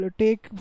take